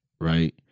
right